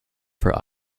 for